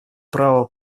право